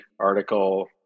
article